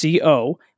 CO